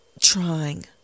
trying